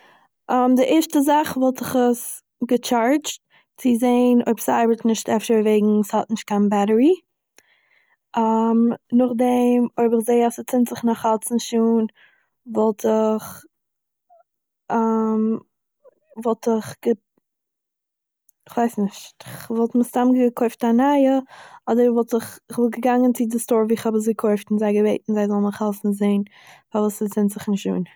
די ערשטע זאך וואלט איך עס געטשארדזשט צו זעהן אויב ס'ארבעט נישט אפשר וועגן ס'האט נישט קיין באטערי, נאכדעם אויב איך זעה אז ס'צינדט זיך נאך אלץ נישט אן וואלט איך, וואלט איך גע- כ'ווייס נישט. כ'וואלט מסתם געקויפט א נייע אדער וואלט איך- כ'וואלט געגאנגען צו דער סטור וואו כ'האב עס געקויפט און זיי געבעטן זיי זאלן מיך העלפן זעהן פארוואס ס'צינדט זיך נישט אן